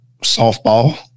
softball